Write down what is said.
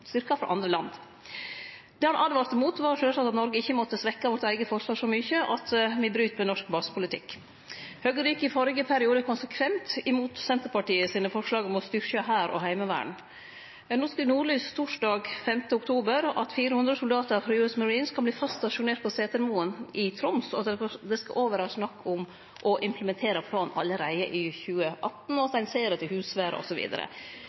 styrkar frå andre land på norsk jord til dagleg. Det han åtvara mot, var sjølvsagt at Noreg ikkje måtte svekkje vårt eige forsvar for mykje, og at me bryt med norsk basepolitikk. Høgre gjekk i førre periode konsekvent imot Senterpartiet sine forslag om å styrkje hær og heimevern. Eg las i Nordlys torsdag 5. oktober at 400 soldatar frå US Marines kan verte fast stasjonerte på Setermoen i Troms. Det skal vere snakk om å implementere planen allereie i 2018,